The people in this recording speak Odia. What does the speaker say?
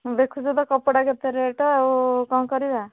ଦେଖୁଛ ତ କପଡ଼ା କେତେ ରେଟ ଆଉ କ'ଣ କରିବା